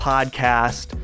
Podcast